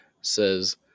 says